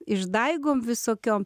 išdaigom visokiom